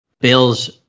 Bills